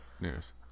news